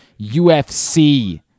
UFC